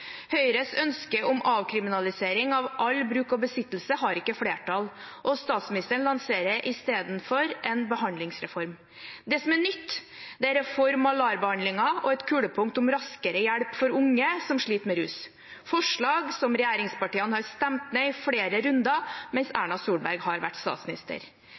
Høyres ønske om avkriminalisering av all bruk og besittelse har ikke flertall, og statsministeren lanserer i stedet en behandlingsreform. Det som er nytt, er reform av LAR-behandlingen og et kulepunkt om raskere hjelp for unge som sliter med rus – forslag som regjeringspartiene har stemt ned i flere runder mens Erna Solberg har vært statsminister.